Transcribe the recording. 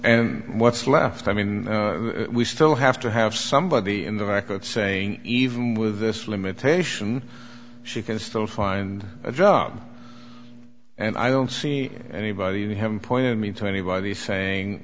and what's left i mean we still have to have somebody in the record saying even with this limitation she can still find a job and i don't see anybody you haven't pointed me to anybody saying